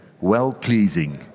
well-pleasing